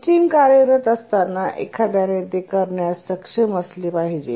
system कार्यरत असताना एखाद्याने ते करण्यास सक्षम असले पाहिजे